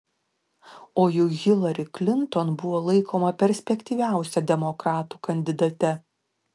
o juk hilari klinton buvo laikoma perspektyviausia demokratų kandidate